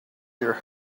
your